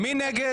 די, נו.